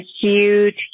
huge